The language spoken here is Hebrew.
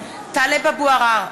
טלב אבו עראר,